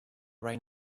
right